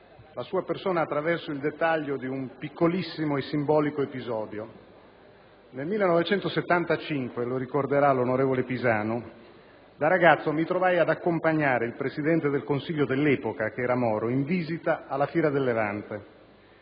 la sua persona attraverso il dettaglio di un piccolissimo e simbolico episodio. Nel 1975, lo ricorderà il senatore Pisanu, da ragazzo mi trovai ad accompagnare il presidente del Consiglio dell'epoca, che era Moro, in visita alla Fiera del levante.